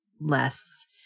less